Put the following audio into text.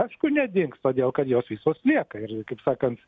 aišku nedings todėl kad jos visos lieka ir kaip sakant